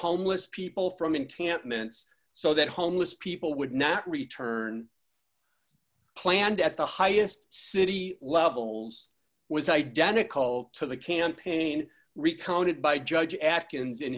homeless people from encampments so that homeless people would not return planned at the highest city levels was identical to the campaign recounted by judge actions in